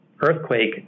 earthquake